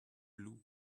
blue